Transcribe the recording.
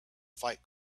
fight